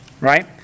right